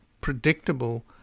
predictable